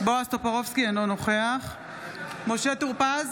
אינו נוכח משה טור פז,